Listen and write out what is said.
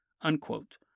unquote